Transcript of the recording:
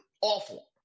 awful